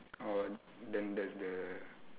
orh then that's the